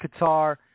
Qatar